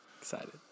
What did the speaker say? Excited